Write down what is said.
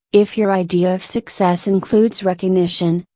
if your idea of success includes recognition,